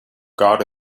guard